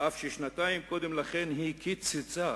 אף ששנתיים קודם לכן היא קיצצה